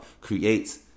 creates